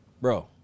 Bro